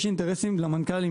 למנכ"לים,